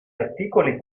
articoli